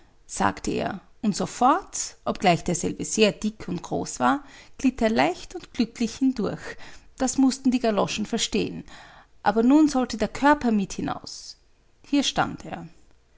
sagte er und sofort obgleich derselbe sehr dick und groß war glitt er leicht und glücklich hindurch das mußten die galoschen verstehen aber nun sollte der körper mit hinaus hier stand er